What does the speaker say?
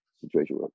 situation